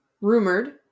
rumored